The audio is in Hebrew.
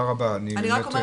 רבה לך, אני רוצה